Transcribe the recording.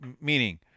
Meaning